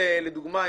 לדוגמה,